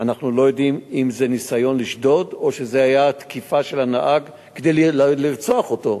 אנחנו לא יודעים אם זה ניסיון לשדוד או תקיפה של הנהג כדי לרצוח אותו,